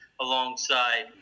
alongside